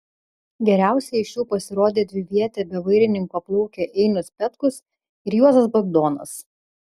geriausiai iš jų pasirodė dviviete be vairininko plaukę einius petkus ir juozas bagdonas